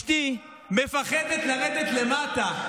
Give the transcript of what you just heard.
אשתי מפחדת לרדת למטה.